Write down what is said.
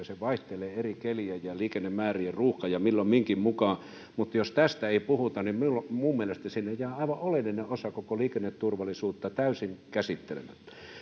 se vaihtelee eri kelien liikennemäärien ruuhkan ja milloin minkäkin mukaan mutta jos tästä ei puhuta niin minun mielestäni jää aivan oleellinen osa koko liikenneturvallisuutta täysin